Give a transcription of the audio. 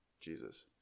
jesus